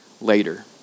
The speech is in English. Later